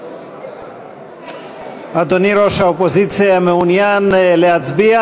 אדוני ראש האופוזיציה, מעוניין להצביע?